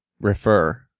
refer